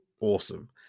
awesome